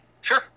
Sure